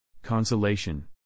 consolation